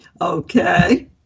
okay